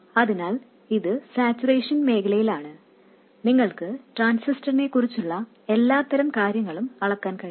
അതിനാൽ ഇത് സാച്ചുറേഷൻ മേഖലയിലാണ് നിങ്ങൾക്ക് ട്രാൻസിസ്റ്ററിനെക്കുറിച്ചുള്ള എല്ലാത്തരം കാര്യങ്ങളും അളക്കാൻ കഴിയും